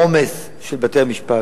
עומס על בתי-המשפט.